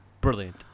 Brilliant